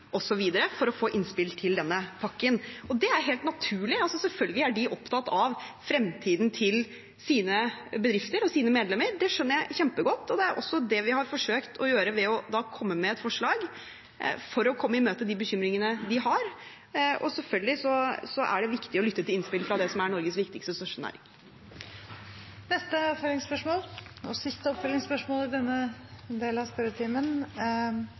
for å få innspill til denne pakken, Det er helt naturlig. Selvfølgelig er de opptatt av fremtiden til sine bedrifter og sine medlemmer, det skjønner jeg kjempegodt. Det er også det vi har forsøkt å gjøre ved å komme med et forslag for å komme i møte bekymringene de har. Selvfølgelig er det viktig å lytte til innspill fra det som er Norges viktigste og største næring. Terje Halleland – til oppfølgingsspørsmål. Gjennom 50 år har vi bygd opp en helt unik kompetanse og